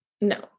No